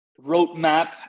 roadmap